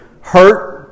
hurt